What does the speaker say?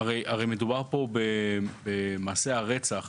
הרי מדובר פה במעשי רצח